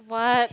what